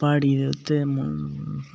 प्हाड़ी दे उत्थै मु